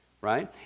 right